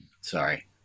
Sorry